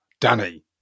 Danny